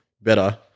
better